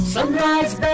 Sunrise